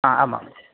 आ आमाम्